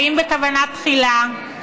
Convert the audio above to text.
אם בכוונה תחילה.